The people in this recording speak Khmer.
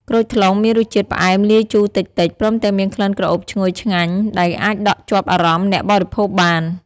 ក្រូចថ្លុងមានរសជាតិផ្អែមលាយជូរតិចៗ ព្រមទាំងមានក្លិនក្រអូបឈ្ងុយឆ្ងាញ់ដែលអាចដក់ជាប់អារម្មណ៍អ្នកបរិភោគបាន។